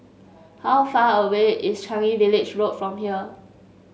how far away is Changi Village Road from here